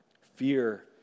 fear